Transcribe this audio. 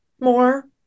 more